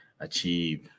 achieve